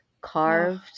carved